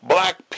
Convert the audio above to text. black